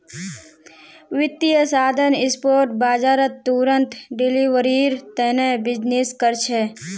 वित्तीय साधन स्पॉट बाजारत तुरंत डिलीवरीर तने बीजनिस् कर छे